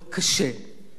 אבל הוא יעשה את זה.